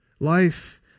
Life